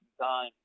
time